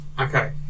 okay